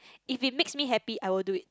if it makes me happy I will do it